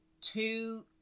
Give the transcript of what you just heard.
two